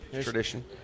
Tradition